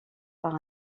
par